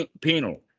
Penal